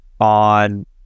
on